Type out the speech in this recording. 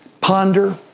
ponder